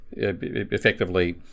effectively